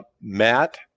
Matt